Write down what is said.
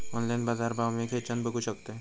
Online बाजारभाव मी खेच्यान बघू शकतय?